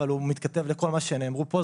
אבל הוא מתכתב עם כל מה שנאמר פה,